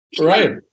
Right